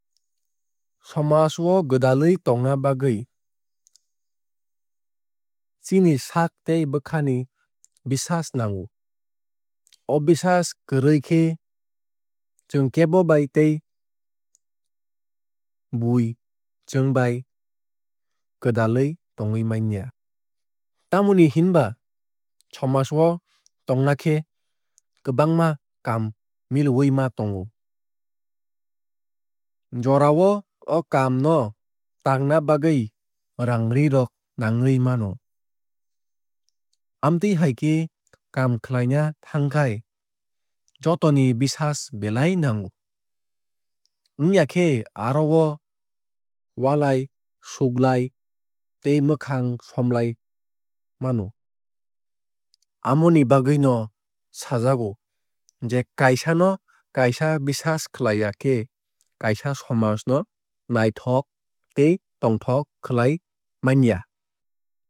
Somaj o gwdalwui tongna bagwui chini saak tei bwkha ni biswas nango. O biswas kwrwui khe chwng kebobai tei bui chwng bai gwdalwui tongwui manya. Tamoni hinba somaj o tongna khe kwbangma kaam miliwui ma tango. Jora o o kaam no tangna bagwui raang ree rok nagwui mano. Amtwui hai khe kaam khlaina thangkhai jotoni biswas belai nango. Wngya khe oro o walai suklai tei mwkhang somlai mano. Amoni bagwui no sajago je kaisa no kaisa biswas khlaiya khe kaisa somaj no naithok tei tongthok khlai manya.